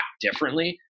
differently